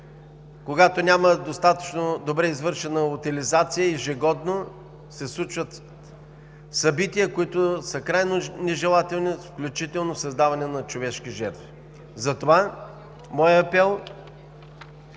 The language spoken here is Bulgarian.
когато няма достатъчно добре извършена утилизация, ежегодно се случват събития, които са крайно нежелателни, включително с даването на човешки жертви. Моят апел